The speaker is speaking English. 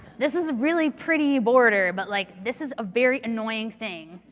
this is a really pretty border. but like this is a very annoying thing.